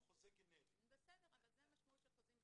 אני חושב שדווקא הסעיף הזה,